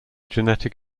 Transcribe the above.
genetic